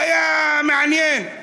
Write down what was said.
היה מעניין,